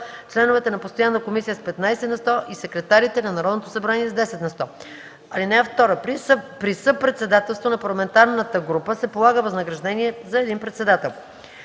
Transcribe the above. членовете на постоянна комисия – с 15 на сто, и секретарите на Народното събрание – с 10 на сто. (2) При съпредседателство на парламентарната група се полага възнаграждение за един председател.